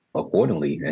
accordingly